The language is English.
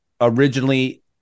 originally